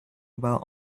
about